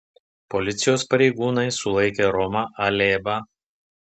policijos pareigūnai sulaikė romą alėbą